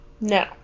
No